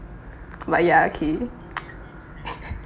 but ya okay